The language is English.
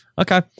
okay